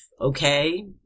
okay